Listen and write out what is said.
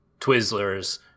Twizzlers